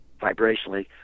Vibrationally